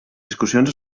discussions